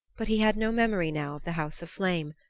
but he had no memory now of the house of flame,